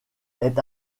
est